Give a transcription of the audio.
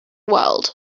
world